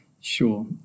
sure